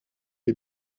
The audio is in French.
les